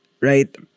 right